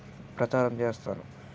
ప్రచారం చేస్తాను